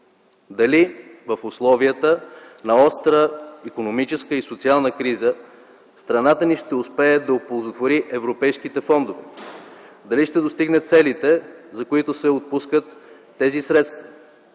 дали в условията на остра икономическа и социална криза страната ни ще успее да оползотвори европейските фондове, дали ще достигне целите за икономически растеж